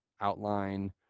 outline